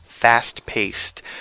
fast-paced